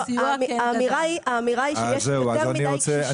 האמירה היא שיש יותר מדי קשישים שצריכים